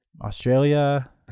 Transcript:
Australia